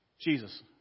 Jesus